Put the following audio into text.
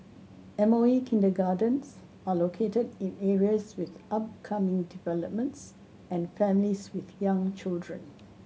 M O E kindergartens are located in areas with upcoming developments and families with young children